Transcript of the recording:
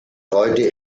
heute